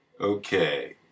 Okay